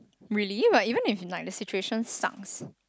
really but even if the situation sucks